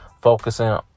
focusing